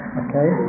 okay